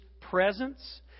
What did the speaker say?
presence